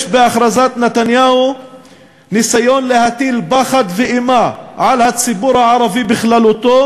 יש בהכרזת נתניהו ניסיון להטיל פחד ואימה על הציבור הערבי בכללותו,